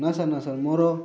ନା ସାର୍ ନା ସାର୍ ମୋର